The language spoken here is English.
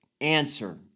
answer